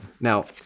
Now